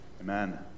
Amen